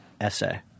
essay